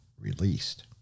released